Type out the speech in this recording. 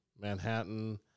Manhattan